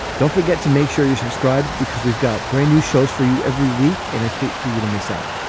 don't forget to make sure you subscribe because we've got brand new shows for you every week and add hate for you to miss out.